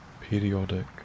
periodic